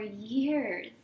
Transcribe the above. years